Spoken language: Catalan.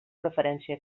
preferència